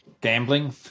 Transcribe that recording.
Gambling